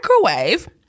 microwave